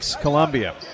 Columbia